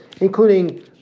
including